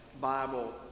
Bible